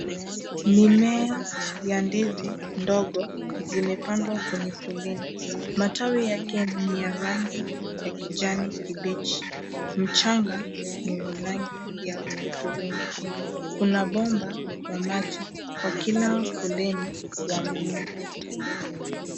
Mimea ya ndizi ndogo zimepandwa kwenye foleni. Matawi yake ni ya rangi ya kijani kibichi. Mchanga ni wa rangi ya udhurungi kuna bomba wa maji wa kina foleni wa mimea.